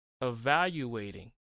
evaluating